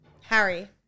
Harry